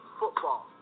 football